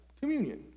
communion